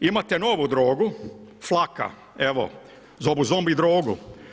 Imate novu drogu flaka, evo zovu zombi drogu.